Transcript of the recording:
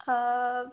ఆ